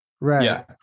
Right